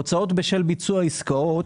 הוצאות בשל ביצוע עסקאות,